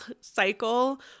cycle